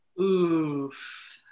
oof